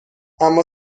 اما